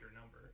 number